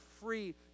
free